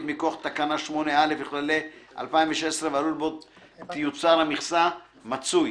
מכוח תקנה 8(א) לכללי 2016 והלול בו תיוצר המכסה מצוי